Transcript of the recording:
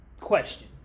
question